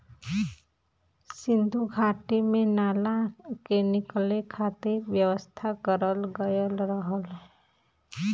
सिन्धु घाटी में नाला के निकले खातिर व्यवस्था करल गयल रहल